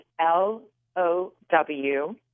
L-O-W